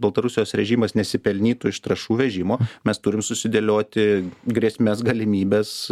baltarusijos režimas nesipelnytų iš trąšų vežimo mes turim susidėlioti grėsmes galimybes